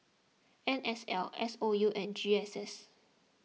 N S L S O U and G S S